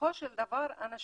בסופו של דבר אנשים